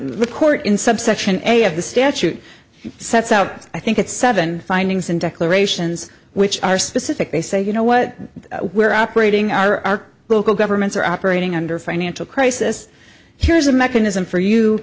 the court in subsection a of the statute sets out i think it's seven findings and declarations which are specific they say you know what we're operating our local governments are operating under financial crisis here's a mechanism for you